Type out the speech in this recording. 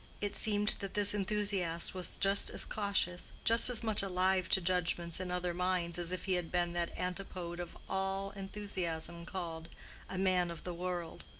it seemed that this enthusiast was just as cautious, just as much alive to judgments in other minds as if he had been that antipode of all enthusiasm called a man of the world.